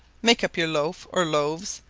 make up your loaf or loaves,